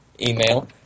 Email